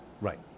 Right